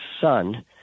Son